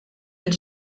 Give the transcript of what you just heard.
mill